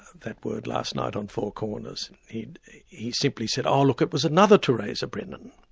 that word last night on four corners. he he simply said, oh look, it was another theresa brennan.